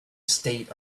state